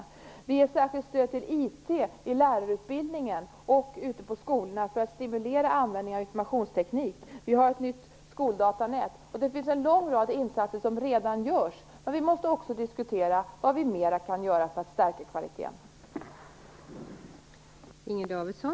Vidare ger vi ett särskilt stöd till IT inom lärarutbildningen och ute på skolorna för att stimulera användningen av informationsteknik. Vi har också ett nytt skoldatanät. En lång rad insatser görs alltså redan, men vi måste också diskutera vad mera vi kan göra för att stärka kvaliteten.